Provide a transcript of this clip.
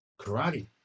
karate